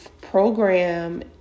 program